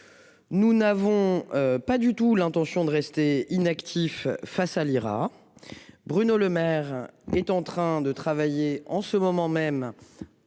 Nous n'avons pas du tout l'intention de rester inactif face à l'IRA. Bruno Le Maire est en train de travailler en ce moment même.